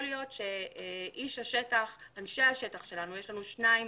להיות שאנשי השטח - יש לנו שניים,